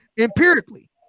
empirically